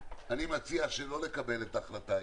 אני מציע לא לקבל את ההחלטה היום.